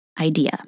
idea